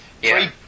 Three